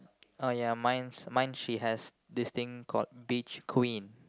oh ya mine's mine she has this thing called beach queen